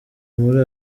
muri